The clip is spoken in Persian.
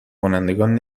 کنندگان